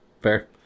Fair